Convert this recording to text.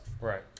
Right